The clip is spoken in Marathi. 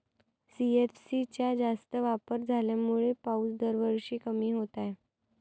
सी.एफ.सी चा जास्त वापर झाल्यामुळे पाऊस दरवर्षी कमी होत आहे